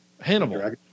Hannibal